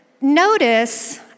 notice